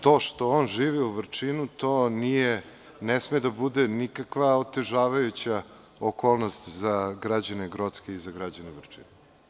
To što on živi u Vrčinu, to ne sme da bude nikakva otežavajuća okolnost za građane Grocke i za građane Vrčina.